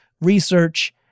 research